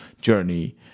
journey